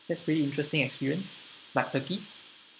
that's pretty interesting experience backpacking